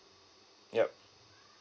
yup